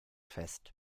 fest